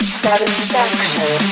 satisfaction